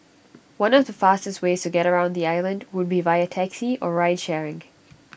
one of the fastest ways to get around the island would be via taxi or ride sharing